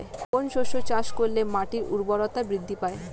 কোন শস্য চাষ করলে মাটির উর্বরতা বৃদ্ধি পায়?